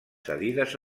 cedides